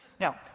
Now